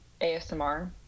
ASMR